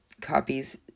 copies